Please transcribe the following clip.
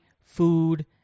food